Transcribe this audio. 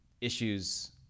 issues